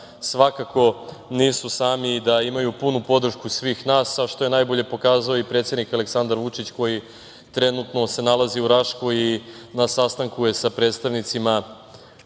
svakako nisu sami i da imaju punu podršku svih nas, a što je najbolje i pokazao predsednik Aleksandar Vučić koji se trenutno nalazi u Raškoj i na sastanku je sa predstavnicima